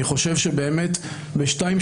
אני חושב שבאמת בשתיים,